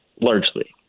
largely